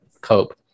cope